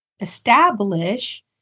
establish